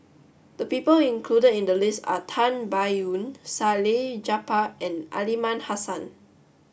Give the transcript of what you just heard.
the people included in the list are Tan Biyun Salleh Japar and Aliman Hassan